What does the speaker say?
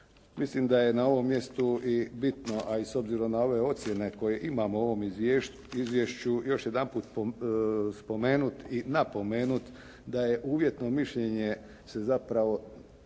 Mislim da je na ovom mjestu i bitno, a i s obzirom na ove ocjene koje imamo u ovom izvješću još jedanput spomenuti i napomenuti da je uvjetno mišljenje, zapravo